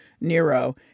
Nero